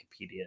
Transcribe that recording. Wikipedia